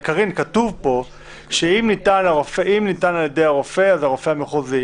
כתוב פה שאם ניתן על-ידי הרופא אז הרופא המחוזי,